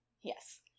Yes